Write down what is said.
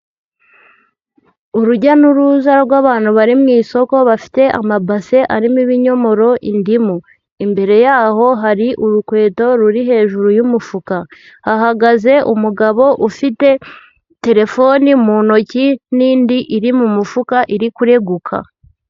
Urujya n'uruza rw'abantu bari mu isoko bafite amabase arimo ibinyomoro, indimu, imbere yaho hari urukweto ruri hejuru y'umufuka, hahagaze umugabo ufite telefoni mu ntoki n'indi iri mu mufuka iri kureguka.